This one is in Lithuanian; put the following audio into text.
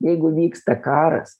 jeigu vyksta karas